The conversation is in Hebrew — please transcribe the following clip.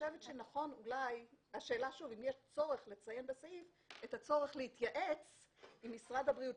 השאלה שוב אם יש צורך לציין בסעיף את הצורך להתייעץ עם משרד הבריאות.